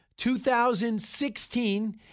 2016